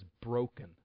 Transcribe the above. broken